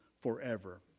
forever